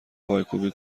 پایکوبی